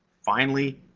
finally,